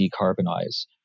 decarbonize